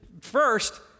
first